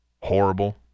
Horrible